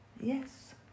Yes